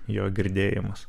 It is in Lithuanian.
jo girdėjimas